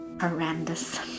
Horrendous